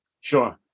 Sure